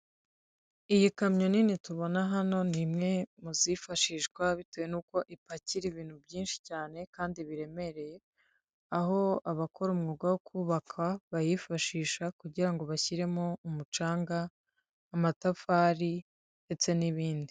Iyi kamyo nini tubona hano, ni imwe muzifashishwa bitewe n'uko ipakira ibintu byinshi cyane kandi biremereye, aho abakora umwuga wo kubaka bayifashisha kugira bashyiremo umucanga, amatafari, ndetse n'ibindi.